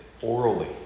orally